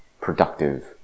productive